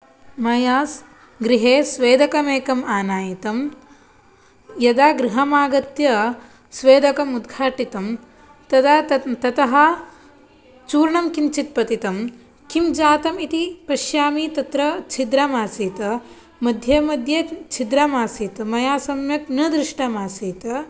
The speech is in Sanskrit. मया गृहे स्वेदकमेकम् आनायितं यदा गृहमागत्य स्वेदकमुद्घाटितं तदा तत् ततः चूर्णं किञ्चित् पतितं किं जातमिति पश्यामि तत्र छिद्रमासीत् मध्ये मध्ये छिद्रमासीत् मया सम्यक् न दृष्टमासीत्